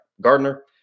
Gardner